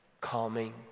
calming